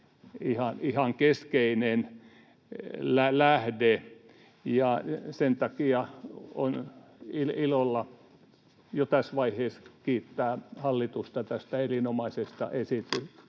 ihan keskeinen lähde. Sen takia ilolla jo tässä vaiheessa kiitän hallitusta tästä erinomaisesta esityksestä.